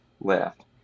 left